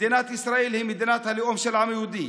מדינת ישראל היא מדינת הלאום של העם היהודי.